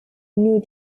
new